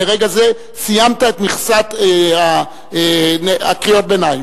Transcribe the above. מרגע זה סיימת את מכסת קריאות הביניים.